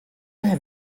have